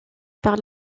par